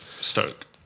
Stoke